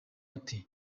ati